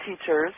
teachers